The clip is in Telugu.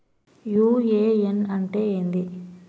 యు.ఎ.ఎన్ అంటే ఏంది?